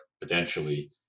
potentially